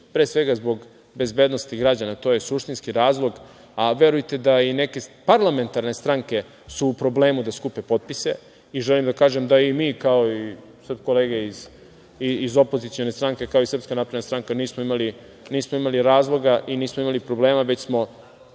pre svega, zbog bezbednosti građana. To je suštinski razlog, a verujte da i neke parlamentarne stranke su u problemu da skupe potpise. Želim da kažem da i mi, kao i kolege iz opozicione stranke, kao i SNS, nismo imali razloga i nismo imali problema, već smo